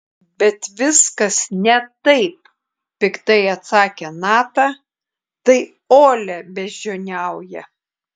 bet viskas ne taip piktai atsakė nata tai olia beždžioniauja